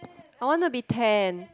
I wanna be tan